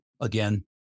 Again